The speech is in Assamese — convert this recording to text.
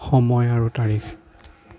সময় আৰু তাৰিখ